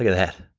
ah that.